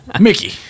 mickey